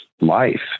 life